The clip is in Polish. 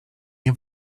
nie